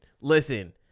listen